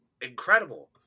incredible